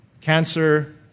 cancer